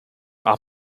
are